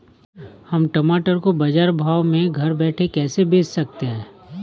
हम टमाटर को बाजार भाव में घर बैठे कैसे बेच सकते हैं?